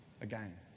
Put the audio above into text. again